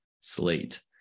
slate